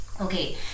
Okay